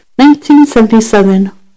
1977